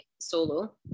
solo